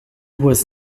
was